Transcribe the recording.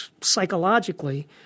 psychologically